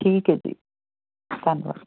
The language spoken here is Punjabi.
ਠੀਕ ਹੈ ਜੀ ਧੰਨਵਾਦ